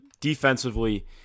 defensively